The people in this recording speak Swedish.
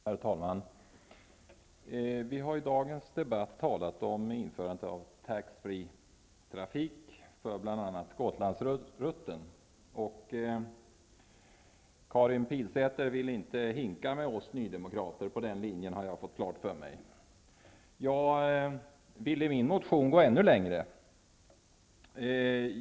Herr talman! Vi har i dagens debatt talat om införande av tax free-försäljning på bl.a. med oss nydemokrater, det har jag fått klart för mig. Men jag vill i min motion gå ännu längre.